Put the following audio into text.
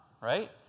right